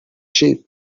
cheap